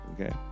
Okay